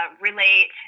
relate